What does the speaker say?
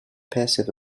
passive